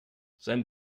sein